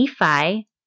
Nephi